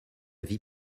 vie